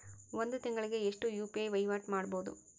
ಒಂದ್ ತಿಂಗಳಿಗೆ ಎಷ್ಟ ಯು.ಪಿ.ಐ ವಹಿವಾಟ ಮಾಡಬೋದು?